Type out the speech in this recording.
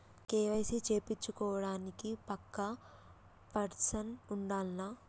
KYC చేపిచ్చుకోవడానికి పక్కా person ఉండాల్నా?